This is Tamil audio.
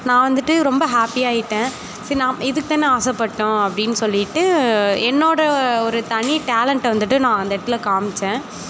நான் வந்துட்டு ரொம்ப ஹாப்பியாகிட்டேன் சரி நான் இதுக்கு தானே ஆசைப்பட்டோம் அப்படினு சொல்லிவிட்டு என்னோட ஒரு தனி டேலண்ட்டை வந்துட்டு நான் அந்த இடத்துல காமித்தேன்